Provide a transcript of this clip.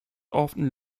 often